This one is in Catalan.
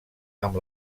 amb